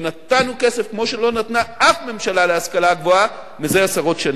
ונתנו כסף כמו שלא נתנה אף ממשלה להשכלה הגבוהה זה עשרות שנים.